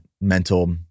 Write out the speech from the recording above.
mental